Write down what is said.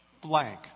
blank